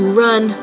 run